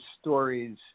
stories